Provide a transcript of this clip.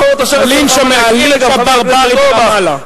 הלינץ' הברברי ברמאללה.